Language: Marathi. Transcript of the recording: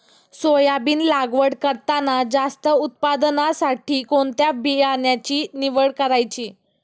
सोयाबीन लागवड करताना जास्त उत्पादनासाठी कोणत्या बियाण्याची निवड करायची?